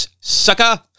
sucker